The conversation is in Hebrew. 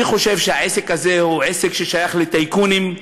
אני חושב שהעסק הזה הוא עסק ששייך לטייקונים,